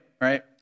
right